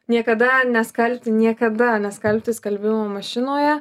niekada neskalbti niekada neskalbti skalbimo mašinoje